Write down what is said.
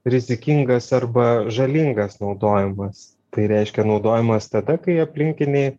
rizikingas arba žalingas naudojimas tai reiškia naudojimas tada kai aplinkiniai